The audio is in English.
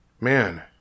Man